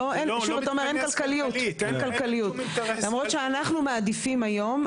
אנחנו מעדיפים היום,